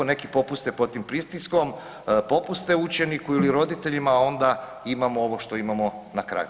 Neki popuste pod tim pritiskom, popuste učeniku ili roditeljima, a onda imamo ono što imamo na kraju.